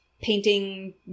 painting